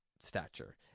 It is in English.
stature